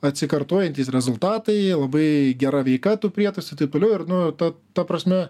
atsikartojantys rezultatai labai gera veika tų prietaisų ir taip toliau ir nu ta ta prasme